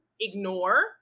ignore